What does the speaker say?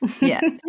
Yes